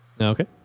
Okay